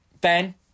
Ben